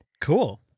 Cool